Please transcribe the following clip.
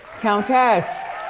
countess.